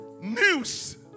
news